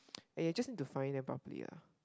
!aiya! just need to find them properly ah